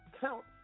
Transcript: count